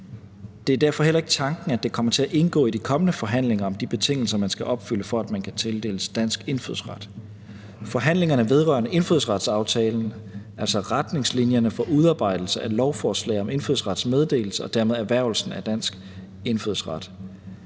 Det er derfor heller ikke tanken, at det kommer til at indgå i de kommende forhandlinger om de betingelser, man skal opfylde, for at man kan tildeles dansk indfødsret. Forhandlingerne vedrørende indfødsretsaftalen er så retningslinjerne for udarbejdelse af et lovforslag om indfødsretsmeddelelse og dermed erhvervelsen af dansk indfødsret;